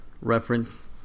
reference